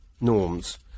norms